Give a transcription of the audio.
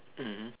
mmhmm